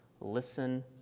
Listen